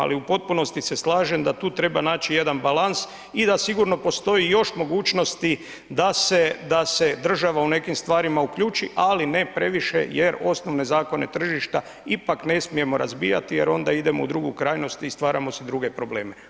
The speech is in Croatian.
Ali u potpunosti se slažem da tu treba naći jedan balans i da sigurno postoji još mogućnosti da se država u nekim stvarima uključi ali ne previše jer osnovne zakone tržišta ipak ne smijemo razbijati jer onda idemo u drugu krajnost i stvaramo si druge probleme.